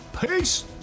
Peace